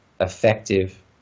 effective